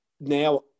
now